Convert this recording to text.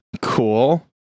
cool